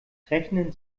rechnen